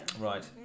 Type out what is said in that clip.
Right